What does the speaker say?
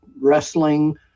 wrestling